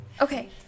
Okay